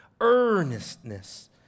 Earnestness